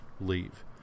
leave